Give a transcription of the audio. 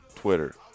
Twitter